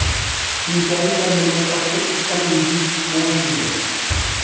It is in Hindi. सिंचाई करने में सबसे उत्तम विधि कौन सी है?